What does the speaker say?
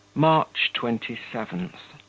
march twenty seven.